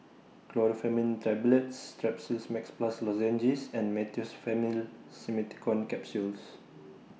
Chlorpheniramine Tablets Strepsils Max Plus Lozenges and Meteospasmyl Simeticone Capsules